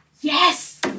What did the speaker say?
Yes